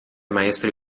maestri